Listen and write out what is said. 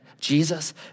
Jesus